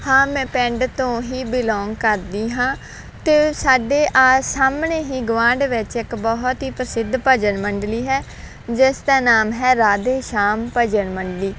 ਹਾਂ ਮੈਂ ਪਿੰਡ ਤੋਂ ਹੀ ਬਿਲੋਂਗ ਕਰਦੀ ਹਾਂ ਅਤੇ ਸਾਡੇ ਆਹ ਸਾਹਮਣੇ ਹੀ ਗਵਾਂਢ ਵਿੱਚ ਇੱਕ ਬਹੁਤ ਹੀ ਪ੍ਰਸਿੱਧ ਭਜਨ ਮੰਡਲੀ ਹੈ ਜਿਸ ਦਾ ਨਾਮ ਹੈ ਰਾਧੇ ਸ਼ਾਮ ਭਜਨ ਮੰਡਲੀ